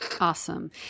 Awesome